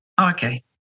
okay